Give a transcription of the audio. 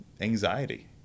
anxiety